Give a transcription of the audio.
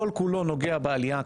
כל כולו נוגע לעלייה,